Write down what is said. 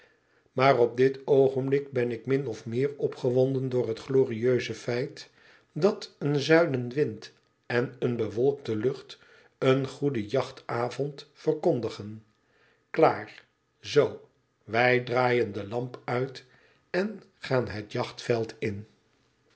maar op dit oogenblik ben ik min of meer opgewonden door het glorieuze feit dat een zuidenwind en eene bewolkte lucht eengoedenjachtavond verkondigen klaar zoo wij draaien de lamp uit en gaan het jachtveld in